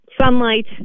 sunlight